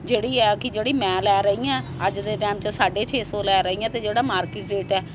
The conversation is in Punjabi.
ਜਿਹੜੀ ਆ ਕਿ ਜਿਹੜੀ ਮੈਂ ਲੈ ਰਹੀ ਹਾਂ ਅੱਜ ਦੇ ਟਾਈਮ 'ਚ ਸਾਢੇ ਛੇ ਸੌ ਲੈ ਰਹੀ ਹਾਂ ਅਤੇ ਜਿਹੜਾ ਮਾਰਕੀਟ ਰੇਟ ਹੈ